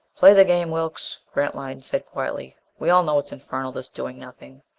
play the game, wilks, grantline said quietly. we all know it's infernal this doing nothing.